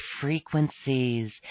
frequencies